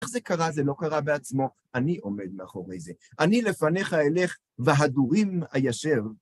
איך זה קרה, זה לא קרה בעצמו, אני עומד מאחורי זה. אני לפניך אליך, והדורים אישב.